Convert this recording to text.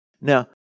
Now